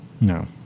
No